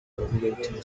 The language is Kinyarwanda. umuvugabutumwa